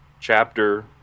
Chapter